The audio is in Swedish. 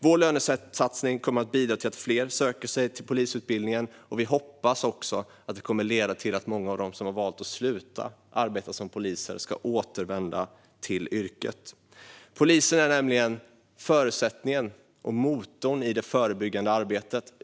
Vår lönesatsning kommer att bidra till att fler söker sig till polisutbildningen, och vi hoppas också att det kommer att leda till att många av de som har valt att sluta arbeta som poliser ska återvända till yrket. Poliser är nämligen förutsättningen för och motorn i det förebyggande arbetet.